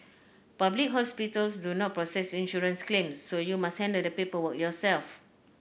public hospitals do not process insurance claims so you must handle the paperwork yourself